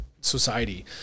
society